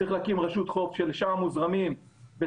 צריך להקים רשות חוף שלשם מוזרמים בתקנה